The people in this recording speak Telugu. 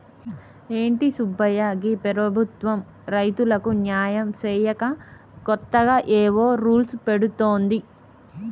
ఏంటి సుబ్బయ్య గీ ప్రభుత్వం రైతులకు న్యాయం సేయక కొత్తగా ఏవో రూల్స్ పెడుతోంది